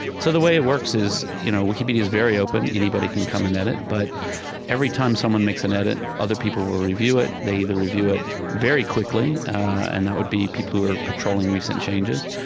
so the way it works is you know wikipedia is very open. anybody can come and edit. but every time someone makes an edit, other people will review it they either review it very quickly, and that would be people who are patrolling recent changes.